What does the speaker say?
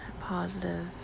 positive